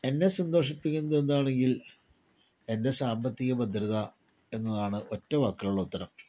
എന്നെ സന്തോഷിപ്പിക്കുന്നതെന്തണെങ്കിൽ എൻ്റെ സാമ്പത്തിക ഭദ്രത എന്നതാണ് ഒറ്റ വാക്കിലുള്ള ഉത്തരം